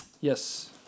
Yes